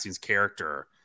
character